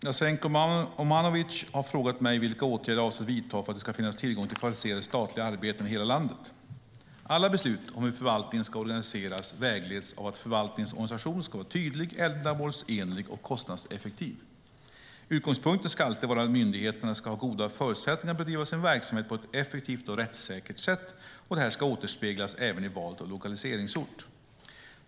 Herr talman! Jasenko Omanovic har frågat mig vilka åtgärder jag avser att vidta för att det ska finnas tillgång till kvalificerade statliga arbeten i hela landet. Alla beslut om hur förvaltningen ska organiseras vägleds av att förvaltningens organisation ska vara tydlig, ändamålsenlig och kostnadseffektiv. Utgångspunkten ska alltid vara att myndigheterna ska ha goda förutsättningar att bedriva sin verksamhet på ett effektivt och rättssäkert sätt. Detta ska återspeglas även i valet av lokaliseringsort.